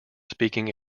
speaking